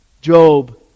Job